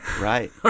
Right